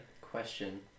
question